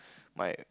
my